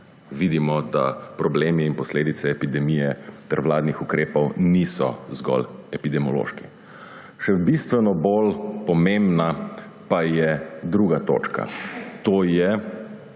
Vidimo, da problemi in posledice epidemije ter vladnih ukrepov niso zgolj epidemiološki. Še bistveno bolj pomembna pa je druga točka, to je